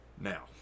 Now